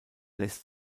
lässt